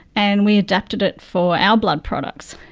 and we adapted it for our blood products.